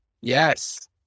yes